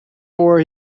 four